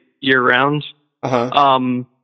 year-round